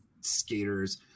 skaters